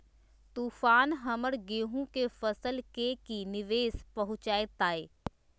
तूफान हमर गेंहू के फसल के की निवेस पहुचैताय?